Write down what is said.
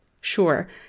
Sure